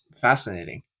fascinating